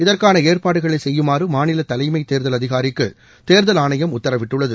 இதற்கான ஏற்பாடுகளை செய்யுமாறு மாநில தலைமைத் தேர்தல் அதிகாரிக்கு தேர்தல் ஆணையம் உத்தரவிட்டுள்ளது